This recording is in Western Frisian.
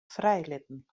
frijlitten